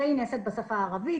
היא נעשית בשפה הערבית,